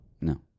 No